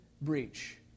breach